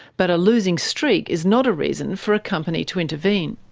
but a losing streak is not a reason for a company to intervene.